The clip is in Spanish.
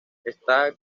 está